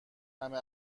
همه